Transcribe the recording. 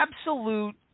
absolute